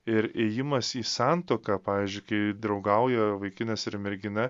ir ėjimas į santuoką pavyzdžiui kai draugauja vaikinas ir mergina